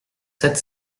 sept